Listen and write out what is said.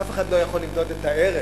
אף אחד לא יכול למדוד את הערך,